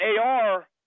AR